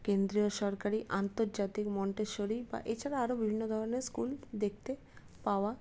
কেন্দ্রীয় সরকারি আন্তর্জাতিক মন্টেসরি বা এছাড়া বিভিন্ন ধরণের স্কুল দেখতে পাওয়া